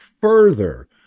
further